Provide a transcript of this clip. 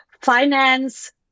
finance